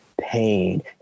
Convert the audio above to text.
pain